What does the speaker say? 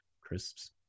crisps